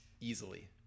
easily